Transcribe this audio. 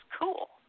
cool